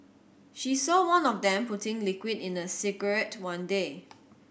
she saw one of them putting liquid in a cigarette one day